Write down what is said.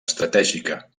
estratègica